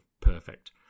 perfect